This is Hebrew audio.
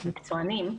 מקצוענים.